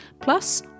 plus